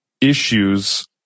issues